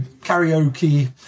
karaoke